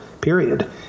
period